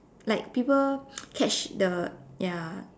like people catch the ya